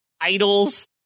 Idols